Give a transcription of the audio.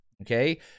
okay